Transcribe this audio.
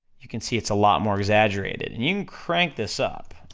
you can see it's a lot more exaggerated. and you can crank this up,